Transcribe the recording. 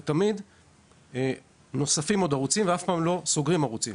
תמיד נוספים עוד ערוצים ואף פעם לא סוגרים ערוצים.